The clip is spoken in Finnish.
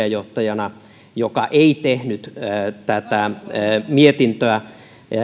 puheenjohtajana tässä kyseisessä valiokunnassa joka ei tehnyt mietintöä